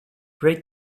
rate